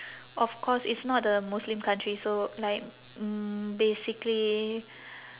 of course it's not a muslim country so like mm basically